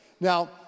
Now